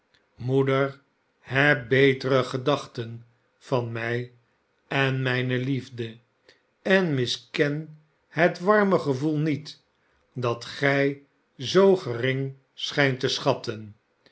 moeder heb betere gedachten van mij en mijne liefde en misken het warme gevoel niet dat gij zoo gering schijnt te schatten